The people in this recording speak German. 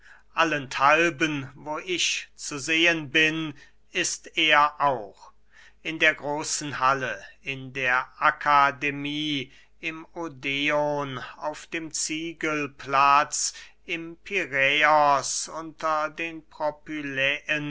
allenthalben wo ich zu sehen bin ist er auch in der großen halle in der akademie im odeon auf dem ziegelplatz im piräos unter den